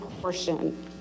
portion